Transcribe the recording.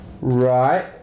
Right